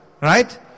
right